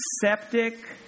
septic